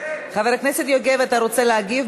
חבר הכנסת יוגב, אתה רוצה להגיב?